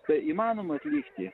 tai įmanoma atlikti